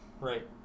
Right